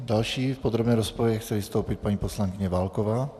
Další v podrobné rozpravě chce vystoupit paní poslankyně Válková.